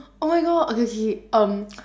oh my god okay okay um